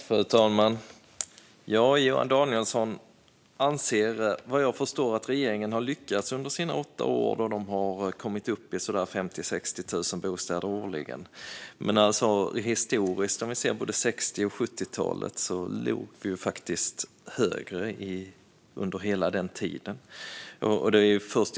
Fru talman! Johan Danielsson anser, vad jag förstår, att regeringen har lyckats under sina åtta år då den har kommit upp i så där 50 000-60 000 bostäder årligen. Men om vi ser på detta historiskt låg vi faktiskt högre under hela 60 och 70-talen.